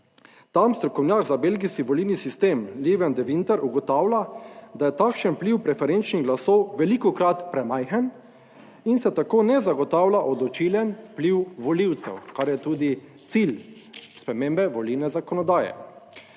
Tam strokovnjak za belgijski volilni sistem Live and the winter(?) ugotavlja, da je takšen vpliv preferenčnih glasov velikokrat premajhen in se tako ne zagotavlja odločilen vpliv volivcev, kar je tudi cilj spremembe volilne zakonodaje.